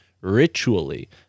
ritually